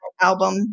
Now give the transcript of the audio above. album